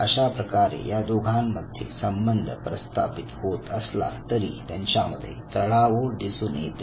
अशा प्रकारे या दोघांमध्ये संबंध प्रस्थापित होत असला तरी त्यांच्यामध्ये चढाओढ दिसून येते